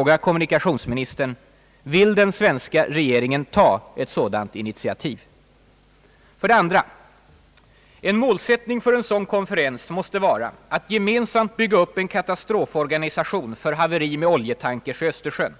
2. En målsättning för en sådan konferens måste vara att gemensamt bygga upp en katastroforganisation för haveri med oljetankers i Östersjön.